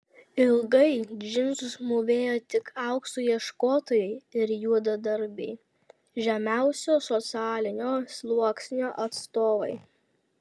ilgai džinsus mūvėjo tik aukso ieškotojai ir juodadarbiai žemiausio socialinio sluoksnio atstovai